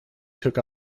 took